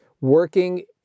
working